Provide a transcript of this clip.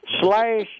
slash